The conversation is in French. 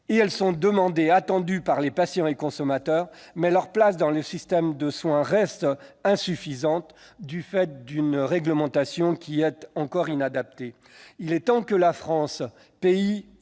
Elles sont demandées et attendues par les patients et les consommateurs, mais leur place dans le système de soins reste insuffisante du fait d'une réglementation encore inadaptée. Il est temps que la France, pays